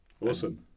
awesome